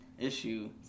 Issue